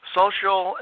social